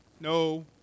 no